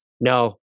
no